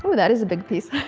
that is a big piece.